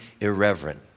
irreverent